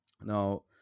Now